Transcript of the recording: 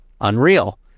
unreal